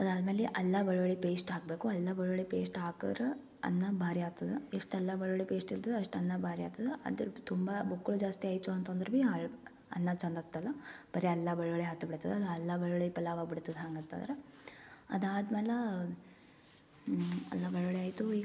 ಅದಾದ್ಮೇಲೆ ಅಲ್ಲ ಬೆಳ್ಳುಳ್ಳಿ ಪೇಸ್ಟ್ ಹಾಕ್ಬೇಕು ಅಲ್ಲ ಬೆಳ್ಳುಳ್ಳಿ ಪೇಸ್ಟ್ ಹಾಕಿದ್ರು ಅನ್ನ ಭಾರಿ ಆಗ್ತದೆ ಇಷ್ಟು ಅಲ್ಲ ಬೆಳ್ಳುಳ್ಳಿ ಪೇಸ್ಟ್ ಇರ್ತದೆ ಅಷ್ಟು ಅನ್ನ ಭಾರಿ ಆಗ್ತದೆ ಅದ್ರ ತುಂಬ ಬುಕ್ಕುಳ ಜಾಸ್ತಿ ಆಯಿತು ಅಂತಂದ್ರು ಬಿ ಅನ್ನ ಚಂದ ಹತ್ತೋಲ್ಲ ಬರಿ ಅಲ್ಲ ಬೆಳ್ಳುಳ್ಳಿ ಹತ್ತಿ ಬಿಡ್ತದೆ ಅಲ್ಲ ಬೆಳ್ಳುಳ್ಳಿ ಪಲಾವ್ ಆಗ್ಬುಡ್ತದೆ ಹಂಗತಂದ್ರೆ ಅದಾದ್ಮೇಲೆ ಅಲ್ಲ ಬೆಳ್ಳುಳ್ಳಿ ಆಯಿತು ಈಗ